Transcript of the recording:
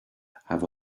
have